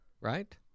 right